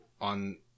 on